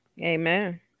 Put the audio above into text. amen